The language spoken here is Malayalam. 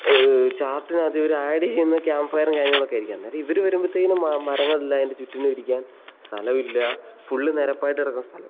ചാർട്ടിനകത്ത് ഇവർ ആഡ് ചെയ്യുന്ന ക്യാമ്പ് ഫയറും കാര്യങ്ങളൊക്കെ ആയിരിക്കും അന്നേരം ഇവർ വരുമ്പോഴത്തേനും മരങ്ങളില്ല അതിന് ചുറ്റും ഇരിക്കാൻ സ്ഥലവില്ല ഫുൾ നിരപ്പായിട്ട് കിടക്കുന്ന സ്ഥലം